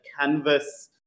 canvas